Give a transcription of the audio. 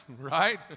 right